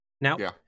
Now